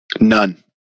None